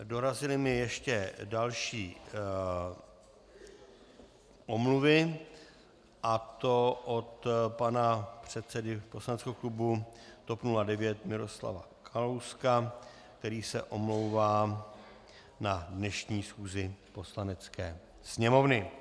Dorazila mi ještě další omluva, a to od pana předsedy poslaneckého klubu TOP 09 Miroslava Kalouska, který se omlouvá na dnešní schůzi Poslanecké sněmovny.